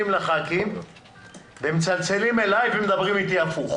לח"כים ומצלצלים אלי ומדברים איתי הפוך